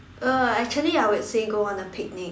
uh actually I would say go on a picnic